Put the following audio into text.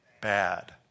Bad